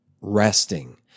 resting